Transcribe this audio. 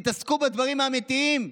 תתעסקו בדברים האמיתיים.